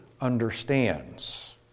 understands